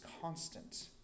constant